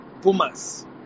Pumas